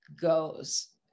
goes